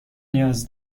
نیاز